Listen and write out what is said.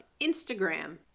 Instagram